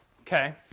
Okay